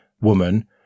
woman